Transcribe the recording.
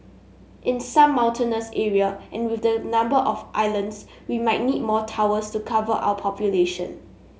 in some mountainous area and with the number of islands we might need more towers to cover our population